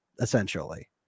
essentially